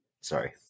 Sorry